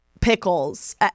pickles